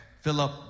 Philip